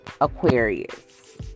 Aquarius